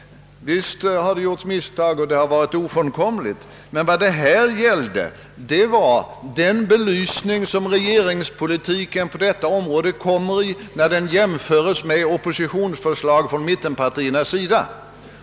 Visst har det gjorts misstag, och det har i viss mån varit ofrånkomligt. Men vad det gäller är den belysning som regeringspolitiken på detta område kommer i när den jämförs med förslagen från mittenpartiernas sida.